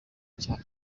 cyane